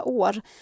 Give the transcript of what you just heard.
år-